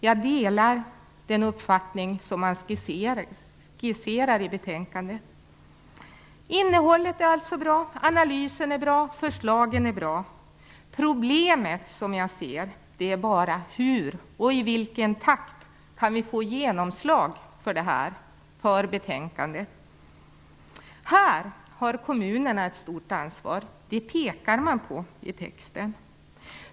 Jag delar den uppfattning som man skisserar i betänkandet. Innehållet är alltså bra, analysen är bra och förslagen är bra. Problemet gäller bara hur och i vilken takt vi kan få genomslag för förslagen i betänkandet. Här har kommunerna ett stort ansvar. Det pekar man på i texten.